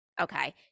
okay